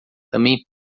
também